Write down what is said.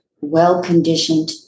well-conditioned